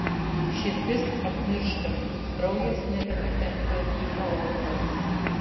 širdis apmiršta kraujas nebepatenka į aortą